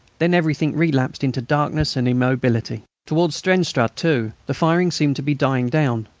then everything relapsed into darkness and immobility. towards steenstraate, too, the firing seemed to be dying down.